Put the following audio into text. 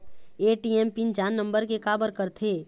ATM PIN चार number के काबर करथे?